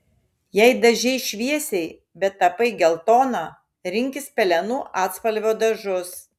jei dažei šviesiai bet tapai geltona rinkis pelenų atspalvio dažus